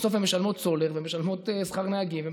בסוף הן משלמות על סולר ומשלמות שכר לנהגים.